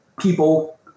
people